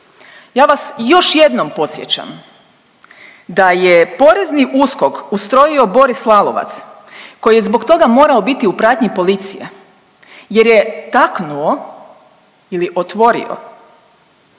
Ja vas još jednom podsjećam da je porezni USKOK ustrojio Boris Lalovac koji je zbog toga mora biti u pratnji policije, jer je taknuo ili otvorio